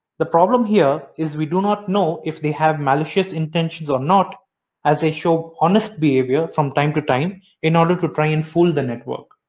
the problem here is we do not know if they have malicious intentions or not as they show honest behavior from time to time in order to try and fool the network.